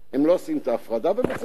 הם לא עושים את ההפרדה, ובצדק.